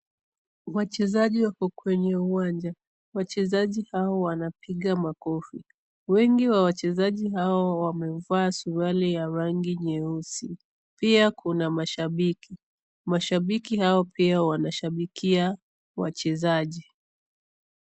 Wachezaji wako kwenye uwanja. Wachezaji hao wanapiga makofi, wengi wa wachezaji hao wamevaa suruali ya rangi nyeusi, pia kuna mashabiki. Mashabiki hao pia wanashabikia wachezaji.